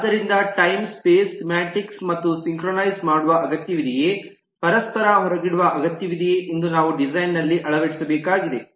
ಆದ್ದರಿಂದ time space semantics ಸಹ synchronise ಮಾಡುವ ಅಗತ್ಯವಿದೆಯೇ ಪರಸ್ಪರ ಹೊರಗಿಡುವ ಅಗತ್ಯವಿದೆಯೇ ಎಂದು ನಾವು ಡಿಸೈನ್ ನಲ್ಲಿ ಅಳವಡಿಸಬೇಕಾಗಿದೆ